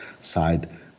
side